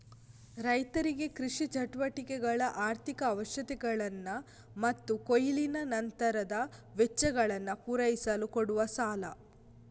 ರೈತರಿಗೆ ಕೃಷಿ ಚಟುವಟಿಕೆಗಳ ಆರ್ಥಿಕ ಅವಶ್ಯಕತೆಗಳನ್ನ ಮತ್ತು ಕೊಯ್ಲಿನ ನಂತರದ ವೆಚ್ಚಗಳನ್ನ ಪೂರೈಸಲು ಕೊಡುವ ಸಾಲ